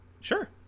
Sure